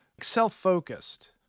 self-focused